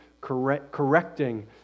correcting